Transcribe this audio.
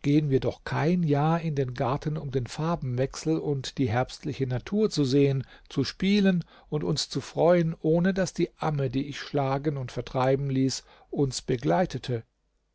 gehen wir doch kein jahr in den garten um den farbenwechsel und die herbstliche natur zu sehen zu spielen und uns zu freuen ohne daß die amme die ich schlagen und vertreiben ließ uns begleitete